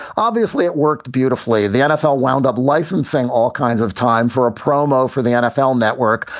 obviously, it worked beautifully. the nfl wound up licensing all kinds of time for a promo for the nfl network.